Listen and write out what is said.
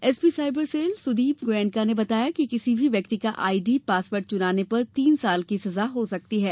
SP cyber cell Sudeep Goenka ने बताया कि किसी भी व्यक्ति का आईडी पासवर्ड चुराने पर तीन साल की सजा हो सकती है